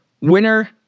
Winner